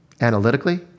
analytically